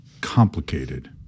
complicated